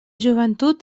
joventut